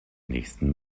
nächsten